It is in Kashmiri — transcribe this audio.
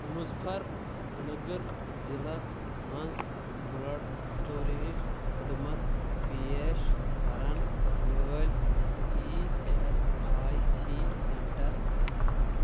مُظفر نَگر ضلعس مَنٛز بٕلَڈ سٕٹوریج خدمت پیش کرن وٲلۍ E S I C centre ژھانٛڈ